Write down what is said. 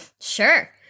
Sure